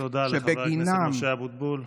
תודה לחבר הכנסת משה אבוטבול.